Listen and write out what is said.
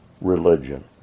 religion